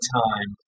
time